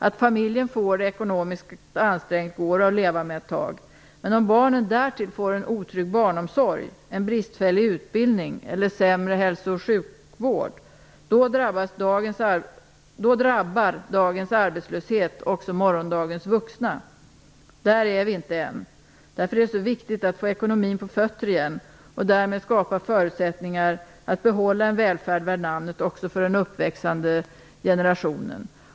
Att familjen får det ekonomiskt ansträngt går att leva med ett tag, men om barnen därtill får en otrygg barnomsorg, en bristfällig utbildning eller sämre hälsooch sjukvård drabbar dagens arbetslöshet också morgondagens vuxna. Där är vi inte än. Därför är det så viktigt att få ekonomin på fötter igen och därmed skapa förutsättningar för att man skall kunna behålla en välfärd värd namnet också för den uppväxande generationen.